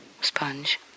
Sponge